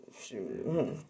shoot